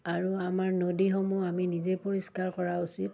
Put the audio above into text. আৰু আমাৰ নদীসমূহ আমি নিজে পৰিষ্কাৰ কৰা উচিত